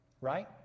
Right